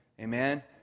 Amen